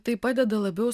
tai padeda labiau